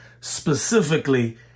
specifically